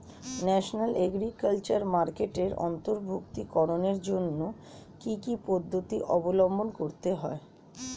National agriculture মার্কেটে অন্তর্ভুক্তিকরণের জন্য কি কি পদ্ধতি অবলম্বন করতে হয়?